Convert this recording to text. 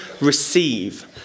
receive